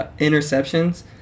interceptions